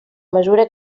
mesura